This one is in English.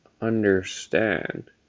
understand